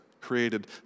created